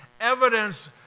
evidence